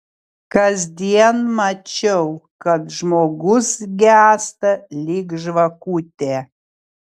kasdien mačiau kad žmogus gęsta lyg žvakutė